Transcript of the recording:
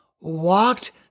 walked